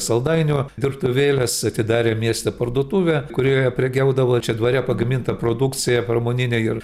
saldainių dirbtuvėles atidarė mieste parduotuvę kurioje prekiaudavo čia dvare pagaminta produkcija pramonine ir